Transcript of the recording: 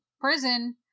prison